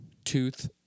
tooth